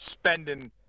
spending